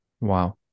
Wow